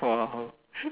!wow!